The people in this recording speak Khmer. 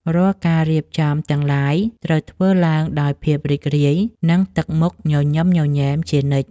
រាល់ការរៀបចំទាំងឡាយត្រូវធ្វើឡើងដោយភាពរីករាយ និងទឹកមុខញញឹមញញែមជានិច្ច។